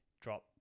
drop